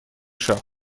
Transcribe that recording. шаг